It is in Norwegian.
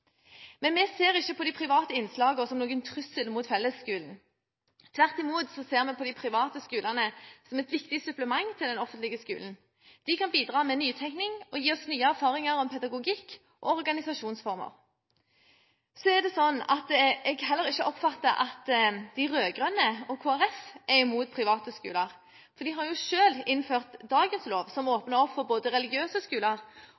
Men vi ser ikke på de private innslagene som noen trussel mot fellesskolen. Tvert imot ser vi på de private skolene som et viktig supplement til den offentlige skolen – de kan bidra med nytenkning og gi oss nye erfaringer rundt pedagogikk og organisasjonsformer. Så har jeg heller ikke oppfattet at de rød-grønne og Kristelig Folkeparti er imot private skoler, for de har jo selv innført dagens lov, som åpnet opp for både religiøse skoler